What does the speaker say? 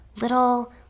little